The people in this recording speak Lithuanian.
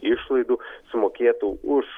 išlaidų sumokėtų už